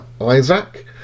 Isaac